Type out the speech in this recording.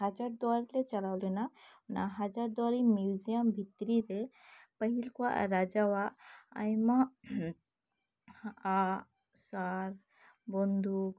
ᱦᱟᱡᱟᱨ ᱫᱩᱣᱟᱨᱤ ᱞᱮ ᱪᱟᱞᱟᱣ ᱞᱮᱱᱟ ᱚᱱᱟ ᱦᱟᱡᱟᱨ ᱫᱩᱣᱟᱨᱤ ᱢᱤᱭᱩᱡᱤᱭᱟᱢ ᱵᱷᱤᱛᱨᱤ ᱨᱮ ᱯᱟᱹᱦᱤᱞ ᱠᱚᱣᱟᱜ ᱨᱟᱡᱟᱣᱟᱜ ᱟᱭᱢᱟ ᱟᱜ ᱥᱟᱨ ᱵᱚᱱᱫᱩᱠ